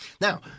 Now